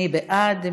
מי בעד?